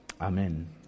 amen